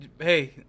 hey